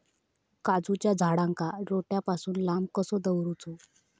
काजूच्या झाडांका रोट्या पासून लांब कसो दवरूचो?